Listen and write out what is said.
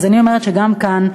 אז אני אומרת שגם כאן,